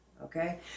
okay